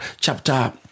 chapter